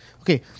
Okay